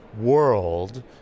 world